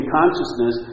consciousness